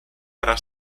era